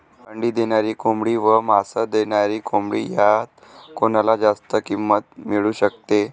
अंडी देणारी कोंबडी व मांस देणारी कोंबडी यात कोणाला जास्त किंमत मिळू शकते?